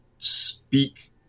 speak